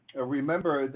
Remember